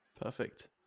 Perfect